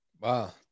Wow